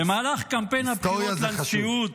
במהלך קמפיין הבחירות לנשיאות,